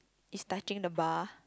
is touching the bar